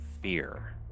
fear